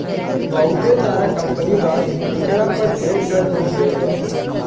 बहुते सारा कंपनी बा जेकरा पर ढेर कर्ज हो गइल बा